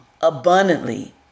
abundantly